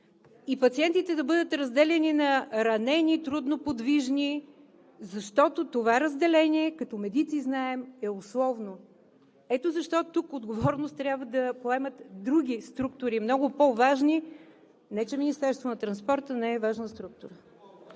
и пациентите да бъдат разделяни на ранени, трудноподвижни, защото това разделение, като медици знаем, е условно. Ето защо тук отговорност трябва да поемат други структури – много по-важни, не че Министерството на транспорта не е важна структура.